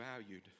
valued